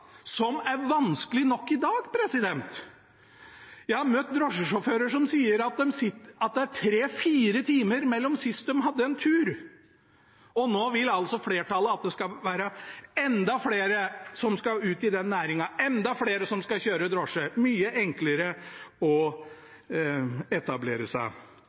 som er vanskelig nok i dag. Jeg har møtt drosjesjåfører som sier at det er tre–fire timer siden sist de hadde en tur, og nå vil altså flertallet at enda flere skal ut i den næringen, at enda flere skal kjøre drosje, og at det skal være mye enklere å etablere seg.